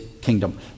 kingdom